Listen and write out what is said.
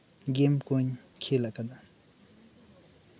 ᱜᱮᱢ ᱠᱩᱧ ᱠᱷᱮᱞᱟᱠᱟᱫᱟ